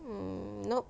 mm no